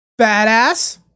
Badass